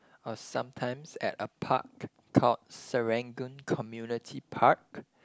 or sometimes at a park called Serangoon Community Park